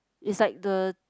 it's like the